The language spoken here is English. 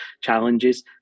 challenges